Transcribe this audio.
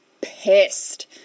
pissed